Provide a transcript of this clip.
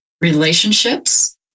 relationships